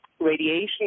radiation